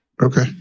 okay